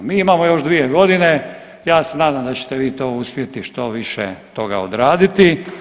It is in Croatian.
Mi imamo još 2 godine, ja se nadam da ćete vi to uspjeti što više toga odraditi.